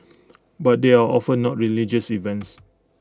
but they are often not religious events